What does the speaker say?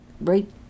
right